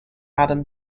adam